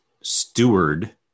steward